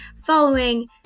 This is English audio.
following